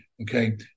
Okay